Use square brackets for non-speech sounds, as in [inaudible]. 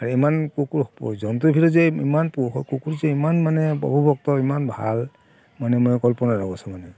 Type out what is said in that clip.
আৰু ইমান কুকুৰ জন্তুৰ ভিতৰত যে ইমান পো কুকুৰ যে ইমান মানে প্ৰভুভক্ত ইমান ভাল মানে মই কল্পনাই [unintelligible]